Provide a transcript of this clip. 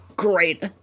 great